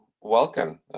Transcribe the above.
Welcome